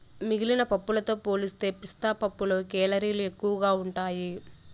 మిగిలిన పప్పులతో పోలిస్తే పిస్తా పప్పులో కేలరీలు ఎక్కువగా ఉంటాయి